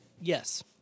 Yes